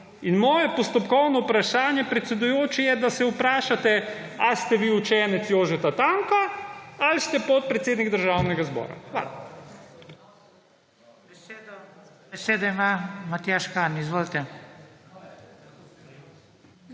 In moje postopkovno vprašanje, predsedujoči je, da se vprašate ali ste vi učenec Jožeta Tanka ali ste podpredsednik Državnega zbora. Hvala.